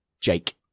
Jake